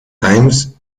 times